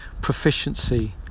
proficiency